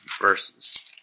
verses